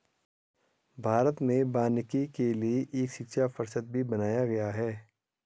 भारत में वानिकी के लिए एक शिक्षा परिषद भी बनाया गया है